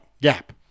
gap